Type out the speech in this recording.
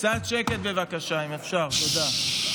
קצת שקט, בבקשה אם אפשר, תודה.